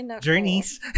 journeys